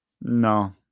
No